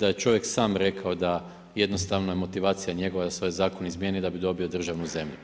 da je čovjek sam rekao da jednostavno je motivacija njegova da se ovaj zakon izmijeni da bi dobio državnu zemlju.